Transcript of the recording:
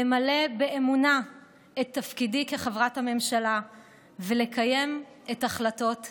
למלא באמונה את תפקידי כחברת הממשלה ולקיים את החלטות הכנסת.